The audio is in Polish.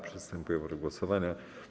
Przystępujemy do głosowania.